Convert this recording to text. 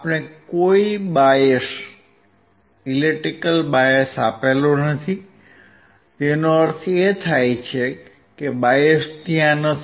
આપણે કોઇ બાયસ આપ્યો નથી તેનો અર્થ એ નથી કે બાયસ ત્યાં નથી